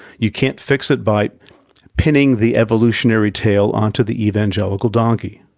you can't fix it by pinning the evolutionary tail onto the evangelical donkey.